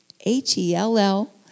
H-E-L-L